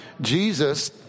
Jesus